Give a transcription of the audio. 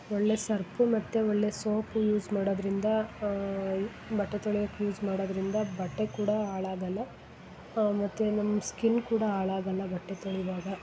ಒಳ್ಳೆಯ ಸರ್ಪು ಮತ್ತು ಒಳ್ಳೆಯ ಸೋಪು ಯೂಸ್ ಮಾಡೋದರಿಂದ ಬಟ್ಟೆ ತೊಳಿಯೋಕೆ ಯೂಸ್ ಮಾಡೋದರಿಂದ ಬಟ್ಟೆ ಕೂಡ ಹಾಳಾಗಲ್ಲ ಮತ್ತು ನಮ್ಮ ಸ್ಕಿನ್ ಕೂಡ ಹಾಳಾಗಲ್ಲ ಬಟ್ಟೆ ತೊಳೆವಾಗ